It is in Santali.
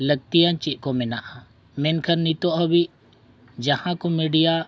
ᱞᱟᱹᱠᱛᱤᱭᱟᱱ ᱪᱮᱫ ᱠᱚ ᱢᱮᱱᱟᱜᱼᱟ ᱢᱮᱱᱠᱷᱟᱱ ᱱᱤᱛᱚᱜ ᱦᱟᱹᱵᱤᱡ ᱡᱟᱦᱟᱸ ᱠᱚ ᱢᱤᱰᱤᱭᱟ